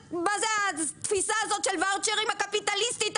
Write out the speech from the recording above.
מה זו התפיסה הקפיטליסטית הזאת של ואוצ'רים?